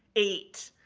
eight.